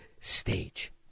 stage